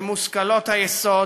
למושכלות היסוד,